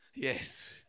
Yes